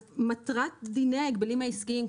מטרת דיני ההגבלים העסקיים,